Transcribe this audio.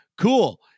cool